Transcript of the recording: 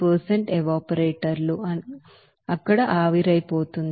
7 ఎవాపరేటర్లు అక్కడ ఆవిరైపోతుంది